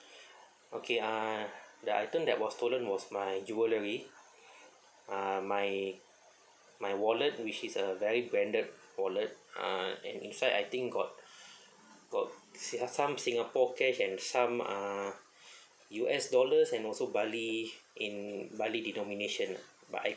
okay uh the item that was stolen was my jewellery uh my my wallet which is a very branded wallet uh and inside I think got got singa~ some singapore cash and some uh U_S dollars and also bali in bali denomination lah but I